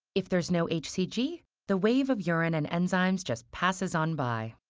if there's no hcg, the wave of urine and enzymes just passes on by.